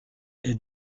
est